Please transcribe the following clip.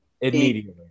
Immediately